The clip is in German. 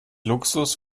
luxus